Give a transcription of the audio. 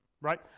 right